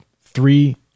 Three